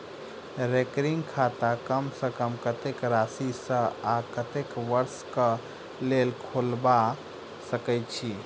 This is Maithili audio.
रैकरिंग खाता कम सँ कम कत्तेक राशि सऽ आ कत्तेक वर्ष कऽ लेल खोलबा सकय छी